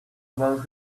bought